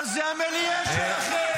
אבל זה המיליה שלכם,